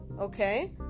okay